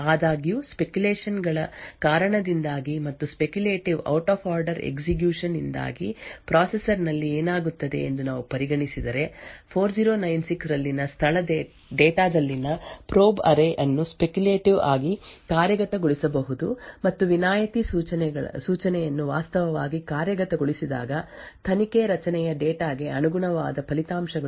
ಆದಾಗ್ಯೂ ಸ್ಪೆಕ್ಯುಲೇಶನ್ ಗಳ ಕಾರಣದಿಂದಾಗಿ ಮತ್ತು speculative out of order execution ನಿಂದಾಗಿ ಪ್ರೊಸೆಸರ್ ನಲ್ಲಿ ಏನಾಗುತ್ತದೆ ಎಂದು ನಾವು ಪರಿಗಣಿಸಿದರೆ 4096 ರಲ್ಲಿನ ಸ್ಥಳ ಡೇಟಾ ದಲ್ಲಿನ ಪ್ರೋಬ್ ಅರೇ ಅನ್ನು ಸ್ಪೆಕ್ಯುಟೇಟಿವ್ಲಿ ಕಾರ್ಯಗತಗೊಳಿಸಬಹುದು ಮತ್ತು ವಿನಾಯಿತಿ ಸೂಚನೆಯನ್ನು ವಾಸ್ತವವಾಗಿ ಕಾರ್ಯಗತಗೊಳಿಸಿದಾಗ ತನಿಖೆ ರಚನೆಯ ಡೇಟಾ ಗೆ ಅನುಗುಣವಾದ ಫಲಿತಾಂಶಗಳು 4096 ಅನ್ನು ವಾಸ್ತವವಾಗಿ ತಿರಸ್ಕರಿಸಲಾಗುವುದು